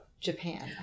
Japan